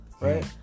right